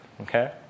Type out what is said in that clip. okay